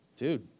dude